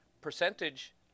percentage